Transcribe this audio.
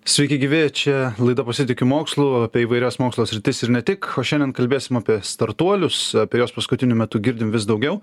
sveiki gyvi čia laida pasitikiu mokslu apie įvairias mokslo sritis ir ne tik šiandien kalbėsim apie startuolius apie juos paskutiniu metu girdim vis daugiau